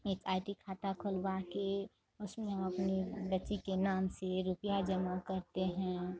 एक I D खाता खुलवा के उसमें हम अपनी बच्ची के नाम से रुपिया जमा करते हैं